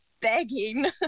begging